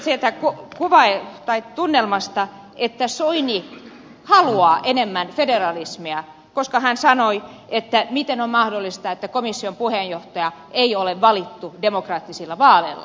en voi välttyä siltä tunnelmalta että soini haluaa enemmän federalismia koska hän sanoi että miten on mahdollista että komission puheenjohtaja ei ole valittu demokraattisilla vaaleilla